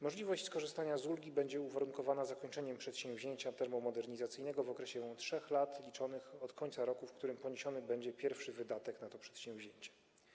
Możliwość skorzystania z ulgi będzie uwarunkowana zakończeniem przedsięwzięcia termomodernizacyjnego w okresie 3 lat liczonych od końca roku, w którym poniesiony będzie pierwszy wydatek na to przedsięwzięcie.